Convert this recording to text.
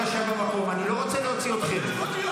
אני לא רוצה להוציא אתכם.